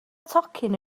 tocyn